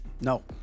No